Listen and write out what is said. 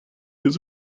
his